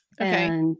Okay